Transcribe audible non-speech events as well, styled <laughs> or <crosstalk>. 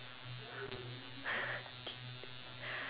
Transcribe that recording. <laughs> idiot